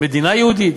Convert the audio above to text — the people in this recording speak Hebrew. מדינה יהודית?